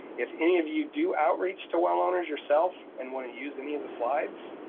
if any of you do outreach to well owners yourself, and wanna use any of the slides,